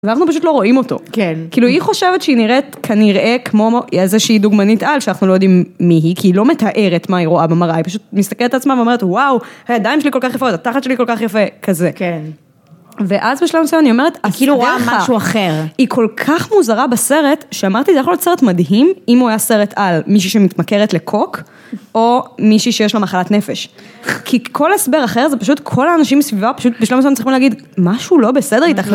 ואנחנו פשוט לא רואים אותו. כן. כאילו, היא חושבת שהיא נראית כנראה כמו... איזושהי דוגמנית על שאנחנו לא יודעים מי היא, כי היא לא מתארת מה היא רואה במראה, היא פשוט מסתכלת על עצמה ואומרת, וואו, הידיים שלי כל כך יפה, או תחת שלי כל כך יפה, כזה. כן. ואז בשלום לסביבה אני אומרת, השדה משהו אחר. היא כל כך מוזרה בסרט, שאמרתי, זה היה כאילו סרט מדהים, אם הוא היה סרט על מישהי שמתמכרת לקוק, או מישהי שיש לה מחלת נפש. כי כל הסבר אחר זה פשוט כל האנשים בסביבה, פשוט בשלום לסביבה אנחנו צריכים להגיד, משהו לא בסדר איתך.